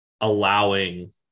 allowing –